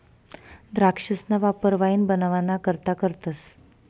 द्राक्षसना वापर वाईन बनवाना करता करतस